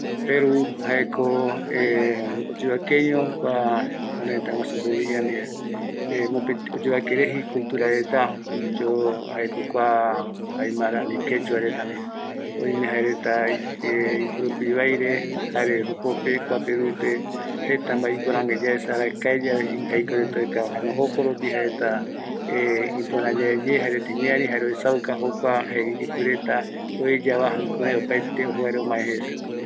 Peru pegua reta kua peru pegua reta jaeko jaereta ma indigena jaeko oyearetano kolonia pegua reta ndie jare jaereta imusika jaeko andina jare jae jokua arte pre colombina jei supe retava jaereta omboete pachamama jukurai jaereta madre tierra jaema jae jokua jaereta ma oboetereta